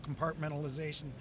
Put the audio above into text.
compartmentalization